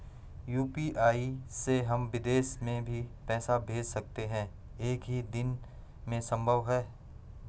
UPI से हम विदेश में भी पैसे भेज सकते हैं एक ही दिन में संभव है?